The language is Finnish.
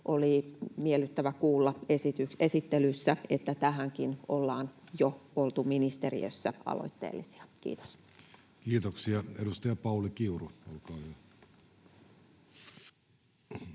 Oli miellyttävä kuulla esittelyssä, että tässäkin ollaan jo oltu ministeriössä aloitteellisia. — Kiitos. [Speech 101] Speaker: